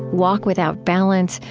walk without balance,